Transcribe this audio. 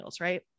right